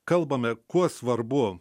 kalbame kuo svarbu